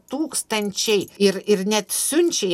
tūkstančiai ir ir net siunčia į